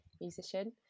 musician